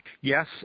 yes